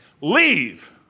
Leave